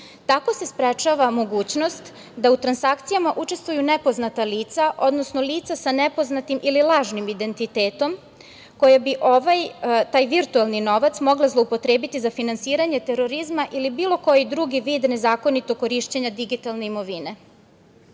se sprečava mogućnost da u transakcijama učestvuju nepoznata lica, odnosno lica sa nepoznatim ili lažnim identitetom koje bi taj virtuelni novac mogle zloupotrebiti za finansiranje terorizma ili bilo koji drugi vid nezakonitog korišćenja digitalne imovine. Zakon